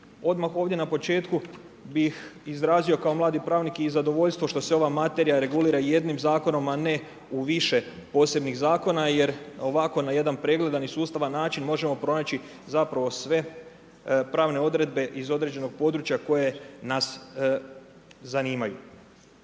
odmah ovdje na početku bih izrazio kao mladi pravnik i zadovoljstvo, što se ova materija regulira jednim zakonom, a ne u više posebnih zakona, jer ovako na jedan pregledan sustavan način, možemo pronaći, zapravo sve pravne odredbe iz određenog područja, koje nas zanimaju.